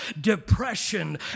depression